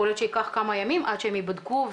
יכול להיות שייקח כמה ימים עד כשהם יבדקו.